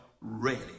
ready